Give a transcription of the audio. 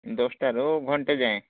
ଦଶଟାରୁ ଘଣ୍ଟା ଯାଏଁ